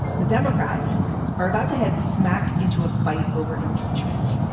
the democrats are about to head smack into a fight over impeachment.